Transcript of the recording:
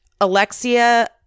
Alexia